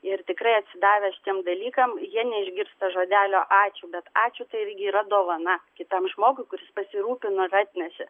ir tikrai atsidavę šitiem dalykam jie neišgirsta žodelio ačiū bet ačiū tai irgi yra dovana kitam žmogui kuris pasirūpino ir atnešė